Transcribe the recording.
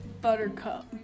Buttercup